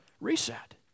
reset